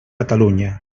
catalunya